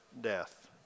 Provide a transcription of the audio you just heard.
death